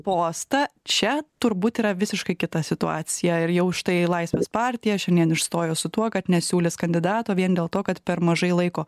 postą čia turbūt yra visiškai kita situacija ir jau štai laisvės partija šiandien išstojo su tuo kad nesiūlys kandidato vien dėl to kad per mažai laiko